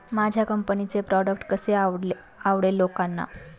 माझ्या कंपनीचे प्रॉडक्ट कसे आवडेल लोकांना?